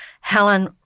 Helen